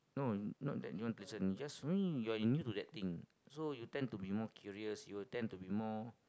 no not that you don't listen I mean you're you need to do that thing so you tend to be more curious you will tend to be more